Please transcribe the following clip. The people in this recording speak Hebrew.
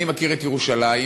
אני מכיר את ירושלים,